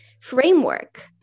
Framework